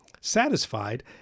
Satisfied